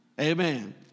Amen